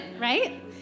right